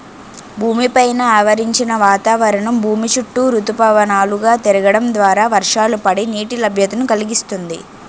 భూమి పైన ఆవరించిన వాతావరణం భూమి చుట్టూ ఋతుపవనాలు గా తిరగడం ద్వారా వర్షాలు పడి, నీటి లభ్యతను కలిగిస్తుంది